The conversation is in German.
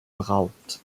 beraubt